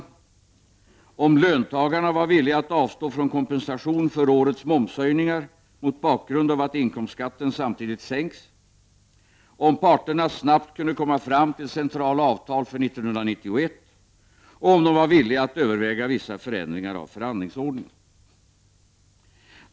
Vi frågade om löntagarna var villiga att avstå från kompensation för årets momshöjningar mot bakgrund av att inkomstskatten samtidigt sänks, om parterna snabbt kunde komma fram till centrala avtal för 1991 och om de var villiga att överväga vissa förändringar av förhandlingsordningen.